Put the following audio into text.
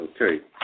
Okay